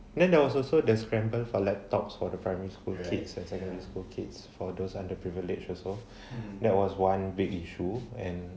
then there was also the scramble for laptops for the primary school kids and secondary school kids for those underprivilege also that was one big issue and